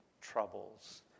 troubles